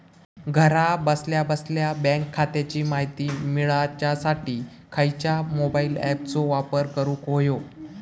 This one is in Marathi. घरा बसल्या बसल्या बँक खात्याची माहिती मिळाच्यासाठी खायच्या मोबाईल ॲपाचो वापर करूक होयो?